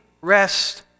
rest